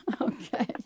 Okay